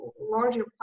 larger